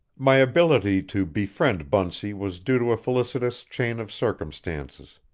my ability to befriend bunsey was due to a felicitous chain of circumstances.